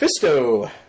Fisto